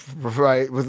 right